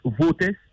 voters